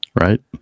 Right